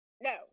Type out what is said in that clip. no